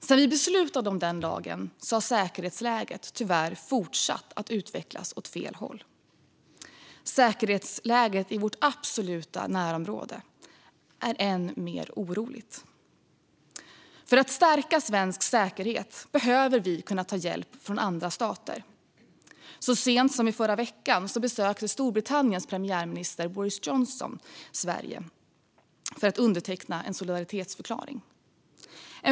Sedan vi beslutade om den lagen har säkerhetsläget tyvärr fortsatt att utvecklas åt fel håll. Säkerhetsläget i vårt absoluta närområde är än mer oroligt. För att stärka svensk säkerhet behöver vi kunna ta hjälp från andra stater. Så sent som i förra veckan besökte Storbritanniens premiärminister Boris Johnson Sverige för att underteckna en solidaritetsförklaring.